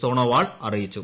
സോണോവാൾ അറിയിച്ചു